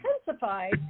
intensified